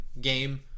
game